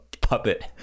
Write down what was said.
puppet